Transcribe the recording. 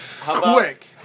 quick